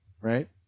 right